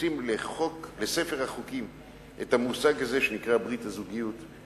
ומכניסים לספר החוקים את המושג הזה שנקרא "ברית הזוגיות",